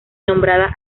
nombrada